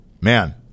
Man